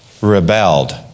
rebelled